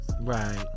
Right